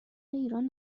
ایران